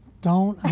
don't